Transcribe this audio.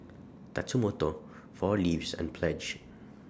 Tatsumoto four Leaves and Pledge